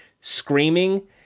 screaming